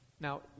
Now